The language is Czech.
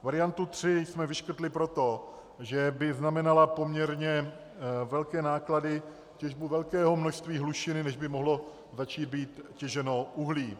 Variantu 3 jsme vyškrtli proto, že by znamenala poměrně velké náklady, těžbu velkého množství hlušiny, než by mohlo začít být těženo uhlí.